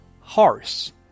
horse